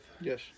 Yes